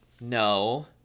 no